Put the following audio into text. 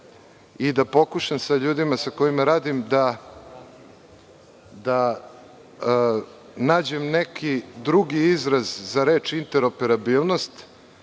i da pokušam sa ljudima sa kojima radim da nađem neki drugi izraz za reč - interoperabilnost